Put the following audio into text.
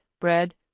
bread